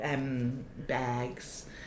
bags